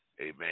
Amen